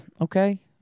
Okay